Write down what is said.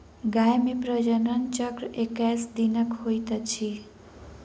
गाय मे प्रजनन चक्र एक्कैस दिनक होइत अछि